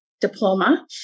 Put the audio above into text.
diploma